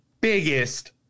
biggest